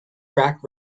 track